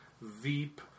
Veep